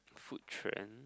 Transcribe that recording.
food trend